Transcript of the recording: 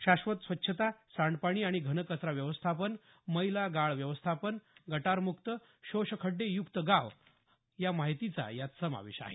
शाश्वत स्वच्छता सांडपाणी आणि घनकचरा व्यवस्थापन मैला गाळ व्यवस्थापन गटार मुक्त शोषखड्डेयुक्त गाव या माहितीचा यात समावेश आहे